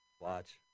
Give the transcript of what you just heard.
Watch